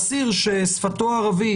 לאסיר ששפתו ערבית,